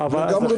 לגמרי.